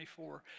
24